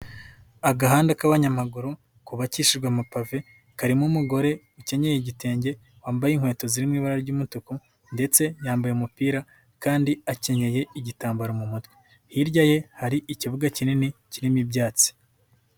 Agahanda k'abanyamaguru ku bakishijwe amapave karimo umugore ukenyeye igitenge wambaye inkweto zirimo ibara ry'umutuku ndetse yambaye umupira kandi akenyeye igitambaro mu mutwe, hirya ye hari ikibuga kinini kirimo ibyatsi.